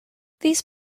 these